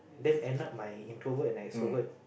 then end up my introvert and extrovert